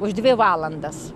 už dvi valandas